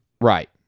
right